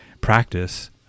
practice